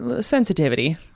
sensitivity